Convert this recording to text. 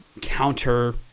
counter